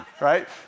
right